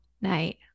night